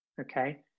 okay